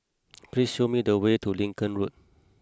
please show me the way to Lincoln Road